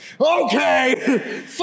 okay